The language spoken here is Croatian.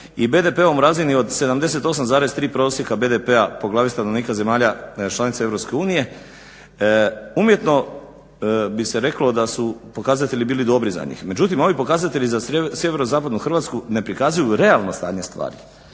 i BDP-om u razini od 78.3 prosjeka BDP-a po glavi stanovnika zemalja članica EU umjetno bi se reklo da su pokazatelj bili dobri za njih. Međutim ovi pokazatelji za sjeverozapadnu Hrvatsku ne prikazuju realno stanje stvari.